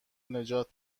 نجات